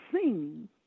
seen